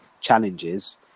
challenges